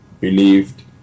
believed